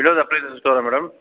Vinod appliances స్టోరా madam